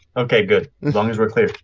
ok good, as long as we're clear.